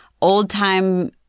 old-time